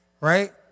right